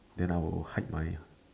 then I will hide my